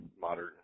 modern